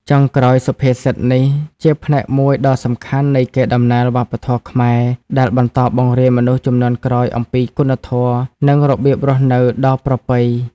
ចុងក្រោយ សុភាសិតនេះជាផ្នែកមួយដ៏សំខាន់នៃកេរដំណែលវប្បធម៌ខ្មែរ ដែលបន្តបង្រៀនមនុស្សជំនាន់ក្រោយអំពីគុណធម៌ និងរបៀបរស់នៅដ៏ប្រពៃ។